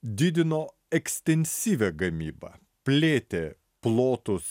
didino ekstensyvią gamybą plėtė plotus